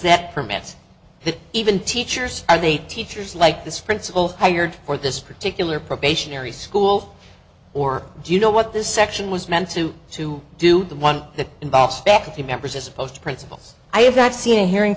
that even teachers and a teacher's like this principal hired for this particular probationary school or do you know what this section was meant to to do the one that involves faculty members as opposed to principals i have that seeing hearing